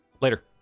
later